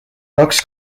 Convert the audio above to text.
kaks